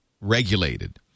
regulated